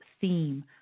theme